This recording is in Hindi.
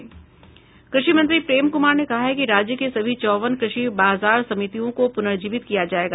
कृषि मंत्री प्रेम कुमार ने कहा है कि राज्य के सभी चौवन कृषि बाजार समितियों को पुनर्जीवित किया जायेगा